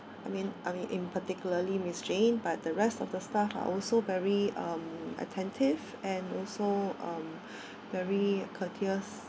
I mean I mean in particularly miss jane but the rest of the staff are also very um attentive and also uh very courteous